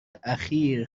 اخیر